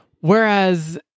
Whereas